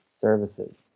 services